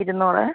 ഇരുന്നൂറ്